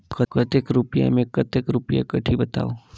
कतेक रुपिया मे कतेक रुपिया कटही बताव?